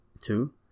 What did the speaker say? two